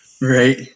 Right